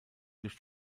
durch